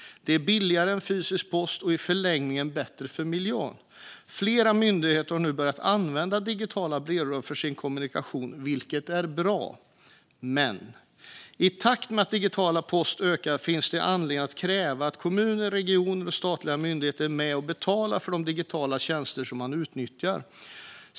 Det är billigare än fysisk post och i förlängningen bättre för miljön. Flera myndigheter har nu börjat använda digitala brevlådor för sin kommunikation, vilket är bra. Men i takt med att den digitala posten ökar finns det anledning att kräva att kommuner, regioner och statliga myndigheter är med och betalar för de digitala tjänster som utnyttjas.